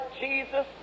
Jesus